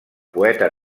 poeta